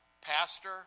Pastor